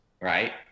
right